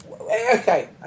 Okay